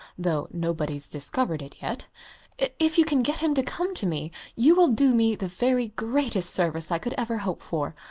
though nobody's discovered it yet if you can get him to come to me, you will do me the very greatest service i could ever hope for.